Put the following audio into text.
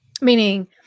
meaning